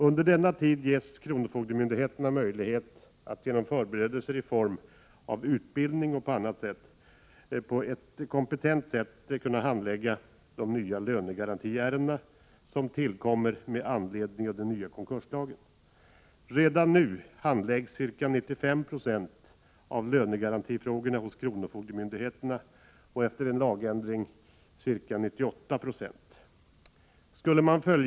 Under denna tid ges troll ift på räntor, kronofogdemyndigheterna möjlighet att genom förberedelser i form av - Ha P £ utbildning m.m. på ett kompetent sätt handlägga de nya lönegarantiärenden som tillkommer med anledning av den nya konkurslagen. Redan nu handläggs ca 95 960 av lönegarantifrågorna hos kronofogdemyndigheterna, och efter en lagändring ca 98 90.